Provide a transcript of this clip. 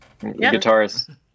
Guitarist